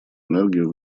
энергию